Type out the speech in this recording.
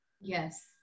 yes